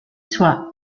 soi